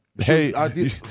Hey